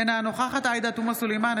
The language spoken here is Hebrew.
אינה נוכחת עאידה תומא סלימאן,